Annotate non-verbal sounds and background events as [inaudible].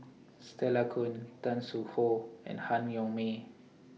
[noise] Stella Kon Tan Soo Khoon and Han Yong May